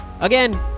Again